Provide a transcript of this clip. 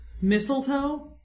mistletoe